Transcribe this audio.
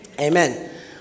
Amen